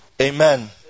Amen